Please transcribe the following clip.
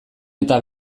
eta